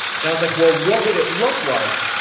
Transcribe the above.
and i was like, well, what would it look like?